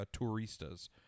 Touristas